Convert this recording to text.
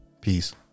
Peace